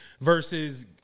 versus